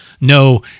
No